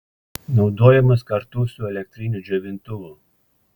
naudojamos kartu su elektriniu džiovintuvu